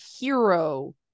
hero